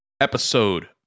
episode